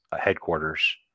headquarters